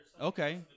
Okay